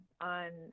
on